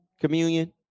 communion